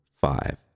five